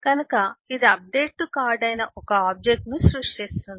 కనుక ఇది update to card అయిన ఒక ఆబ్జెక్ట్ ను సృష్టిస్తుంది